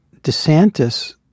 DeSantis